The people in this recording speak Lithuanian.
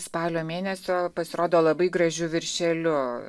spalio mėnesio pasirodo labai gražiu viršeliu